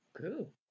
Cool